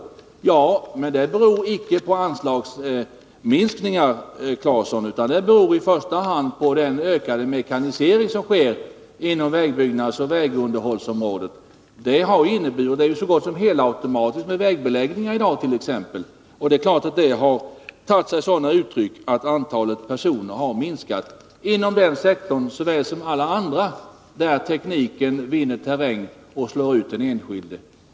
Ja, men det beror icke på anslagsminskningar, utan i första hand på den ökade mekanisering som ägt rum inom vägbyggnadsoch vägunderhållsområdet. Så är t.ex. vägbelägg ningen i dag så gott som helautomatiserad. Det är klart att det har tagit sig sådana uttryck att antalet personer har minskat. Så har skett inom denna sektor såväl som inom alla andra där tekniken vinner terräng och slår ut den enskilde.